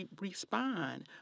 respond